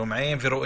שומעים ורואים.